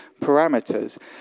parameters